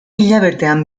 hilabetean